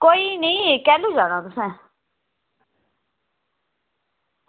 कोई निं कैह्लू जाना तुसें